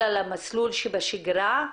אלא למסלול שבשגרה,